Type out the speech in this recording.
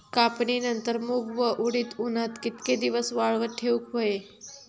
कापणीनंतर मूग व उडीद उन्हात कितके दिवस वाळवत ठेवूक व्हये?